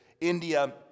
India